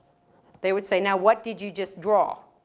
they would say, now, what did you just draw?